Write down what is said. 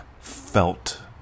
felt